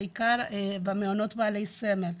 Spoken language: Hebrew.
בעיקר במעונות הסמל.